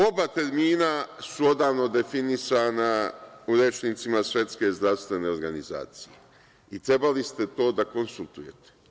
Oba termina su odavno definisana u rečnicima Svetske zdravstvene organizacije i trebali ste to da konsultujete.